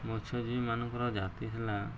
ମତ୍ସଜୀବୀମାନଙ୍କର ଜାତି ଥିଲା